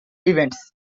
events